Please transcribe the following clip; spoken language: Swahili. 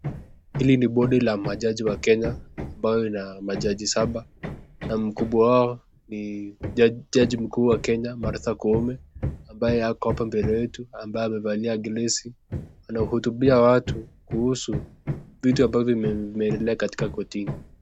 Hili ni bodi la majaji wa Kenya ambayo ina majaji saba, na mkubwa wao ni jaji mkuu wa Kenya Martha Koome ambaye ako hapa mbele yetu ambaye amevalia glesi. Anahutubia watu kuhusu vitu ambavyo vimeendelea katika kotini.